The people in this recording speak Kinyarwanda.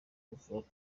uvuga